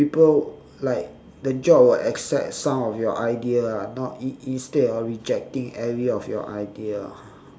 people like the job will accept some of your idea ah not in~ instead of rejecting every of your idea ah